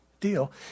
deal